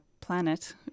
planet